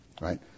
right